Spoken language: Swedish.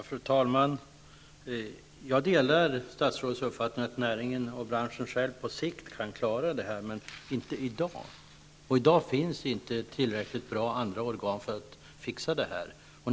Herr talman! Jag delar statsrådets uppfattning att näringen och branschen själv på sikt kan klara detta, men inte i dag. I dag finns inte några andra tillräckligt bra organ som kan fixa detta.